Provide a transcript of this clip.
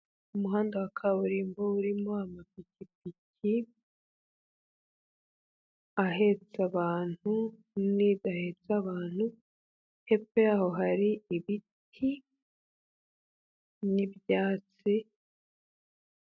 Umuhanda wa kaburimbo urimo amapikipiki, ahetsa abantu n'idahetse abantu abantu, hepfo y'aho hari ibiti n'ibyatsi...